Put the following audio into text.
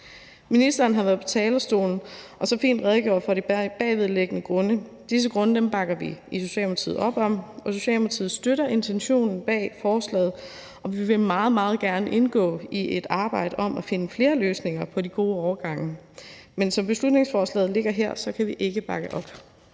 Ministeren har været på talerstolen og så fint redegjort for de bagvedliggende grunde. Disse grunde bakker vi i Socialdemokratiet op om, og Socialdemokratiet støtter intentionen bag forslaget, og vi vil meget, meget gerne indgå i et arbejde på at finde flere løsninger på de gode overgange. Men som beslutningsforslaget ligger her, kan vi ikke bakke op